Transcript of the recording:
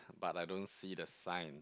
but I don't see the sign